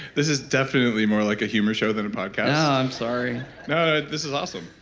this is definitely more like a humor show than a podcast i'm sorry no, no. this is awesome.